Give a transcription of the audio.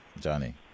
Johnny